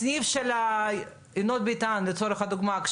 לצורך הדוגמה,